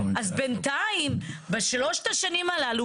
אז בינתיים בשלוש השנים הללו,